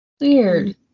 Weird